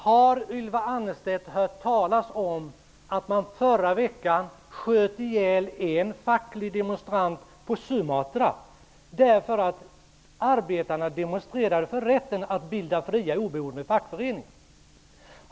Har Ylva Annersted hört talas om att man förra veckan sköt ihjäl en facklig demonstrant på Sumatra? Arbetarna demonstrerade för rätten att bilda fria oberoende fackföreningar.